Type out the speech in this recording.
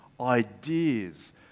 ideas